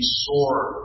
sore